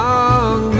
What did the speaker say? Long